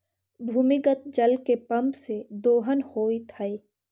भूमिगत जल के पम्प से दोहन होइत हई